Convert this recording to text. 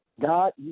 God